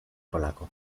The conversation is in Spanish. polaco